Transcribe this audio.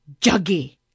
Juggy